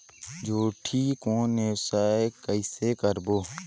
जोणी कौन व्यवसाय कइसे करबो?